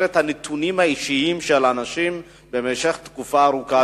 את הנתונים האישיים של אנשים במשך תקופה ארוכה,